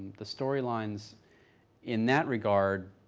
the storylines in that regard,